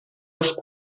das